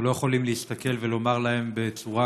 אנחנו לא יכולים להסתכל עליהם ולומר להם בצורה